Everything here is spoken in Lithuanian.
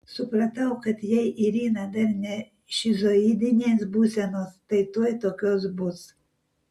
supratau kad jei irina dar ne šizoidinės būsenos tai tuoj tokios bus